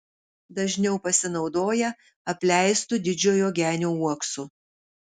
dažniau pasinaudoja apleistu didžiojo genio uoksu